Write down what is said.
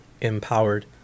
empowered